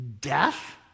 death